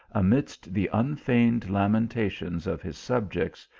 amidst the unfeigned lamentations of his subjects,